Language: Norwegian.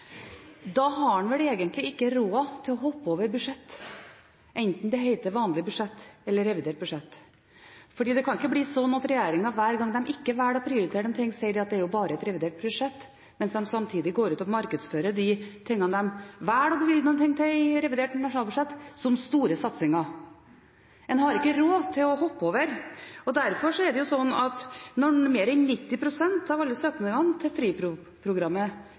Da har en vel egentlig ikke råd til å hoppe over budsjett, enten det heter vanlig budsjett eller revidert budsjett. For det kan ikke bli slik at hver gang regjeringen ikke velger å prioritere noe, sier de at det bare er et revidert budsjett, mens de samtidig går ut og markedsfører de tingene de velger å bevilge noe til i revidert nasjonalbudsjett, som store satsinger. En har ikke råd til å hoppe over. Derfor er det slik at når mer enn 90 pst. av alle søknadene til